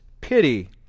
pity